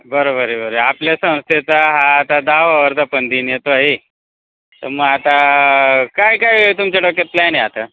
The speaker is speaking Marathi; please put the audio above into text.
बरोबर आहे बरे आपल्या संस्थेचा हा आता दहावा वर्धापनदिन येतो आहे तर मग आता काय काय तुमच्या डोक्यात प्लॅन आहे आता